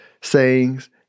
sayings